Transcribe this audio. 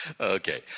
Okay